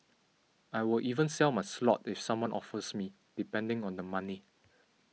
I will even sell my slot if someone offers me depending on the money